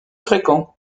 fréquents